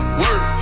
work